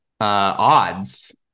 odds